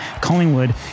Collingwood